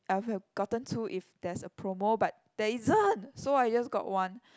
I would have gotten two if there's a promo but there isn't so I just got one